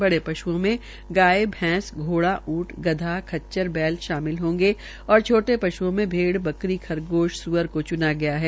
बड़े पश्ओं में गाय भैंस घोड़ा ऊंट खच्चर बैल शामिल होंगे और छोटू पश्ओं में भेड़ बकरी खरगोश गधा स्आर को चुना गया है